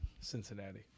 Cincinnati